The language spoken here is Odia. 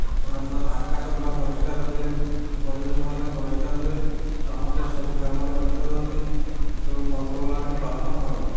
ଜହ୍ନ ଆକାଶ ପୁରା ପରିସ୍କାର ରୁହେ ପରିବେଶ ମଧ୍ୟ ପରିସ୍କାର ରୁହେ ସମସ୍ତେ ସବୁ କାମରେ ବ୍ୟସ୍ତ ରୁହନ୍ତି ଏବଂ ପର୍ବପର୍ବାଣି ପାଳନ କରନ୍ତି